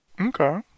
Okay